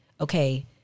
okay